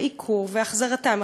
עיקורם והחזרתם.